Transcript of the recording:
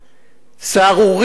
סהרורי, אני קורא לו,